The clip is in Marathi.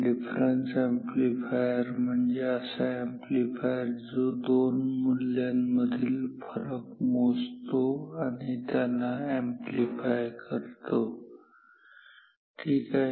डिफरन्स अॅम्प्लीफायर म्हणजे असा अॅम्प्लीफायर जो दोन मुल्यामधील फरक मोजतो आणि त्याला अॅम्प्लीफाय करतो ठीक आहे